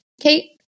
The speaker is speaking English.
Kate